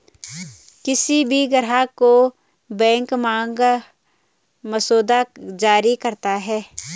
किसी भी ग्राहक को बैंक मांग मसौदा जारी करता है